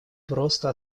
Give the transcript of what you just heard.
просто